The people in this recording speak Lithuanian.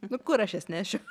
nu kur aš jas nešiu